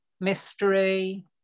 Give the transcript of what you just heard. mystery